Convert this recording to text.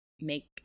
make